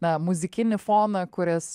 na muzikinį foną kuris